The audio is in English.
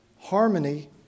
harmony